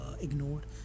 ignored